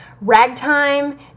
ragtime